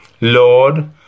Lord